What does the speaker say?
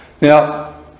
now